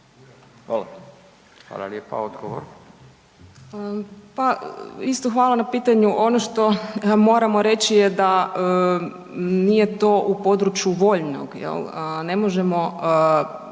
Katarina (RF)** Pa isto hvala na pitanju. Ono što moramo reći je da nije u području voljnog jel ne možemo